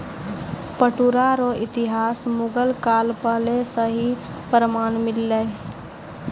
पटुआ रो इतिहास मुगल काल पहले से ही प्रमान मिललै